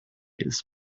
days